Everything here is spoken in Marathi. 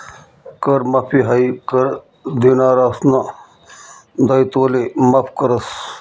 कर माफी हायी कर देनारासना दायित्वले माफ करस